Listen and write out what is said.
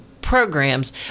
programs